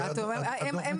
הן